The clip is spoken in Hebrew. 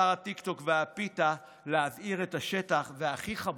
שר הטיקטוק והפיתה, להבעיר את השטח, והכי חמור,